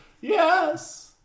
Yes